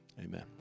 amen